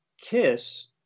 Kiss